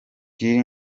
cyril